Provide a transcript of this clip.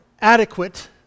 adequate